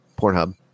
Pornhub